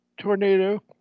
tornado